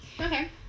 Okay